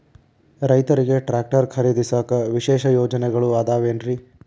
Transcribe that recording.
ರೈತರಿಗೆ ಟ್ರ್ಯಾಕ್ಟರ್ ಖರೇದಿಸಾಕ ವಿಶೇಷ ಯೋಜನೆಗಳು ಅದಾವೇನ್ರಿ?